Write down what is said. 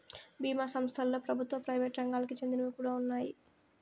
బీమా సంస్థలలో ప్రభుత్వ, ప్రైవేట్ రంగాలకి చెందినవి కూడా ఉన్నాయి